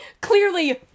clearly